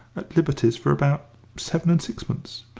at liberty's for about seven-and-sixpence!